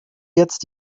jetzt